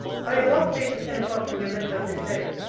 by your last date of ten o'clock in your letter of this day,